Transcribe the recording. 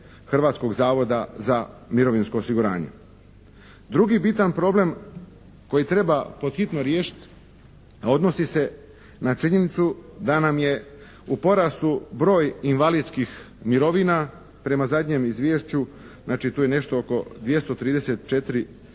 Hrvatskog zavoda za mirovinsko osiguranje. Drugi bitan problem koji treba pod hitno riješiti, a odnosi se na činjenicu da nam je u porastu broj invalidskih mirovina prema zadnjem izvješću, znači tu je nešto oko 234 tisuće